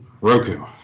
Roku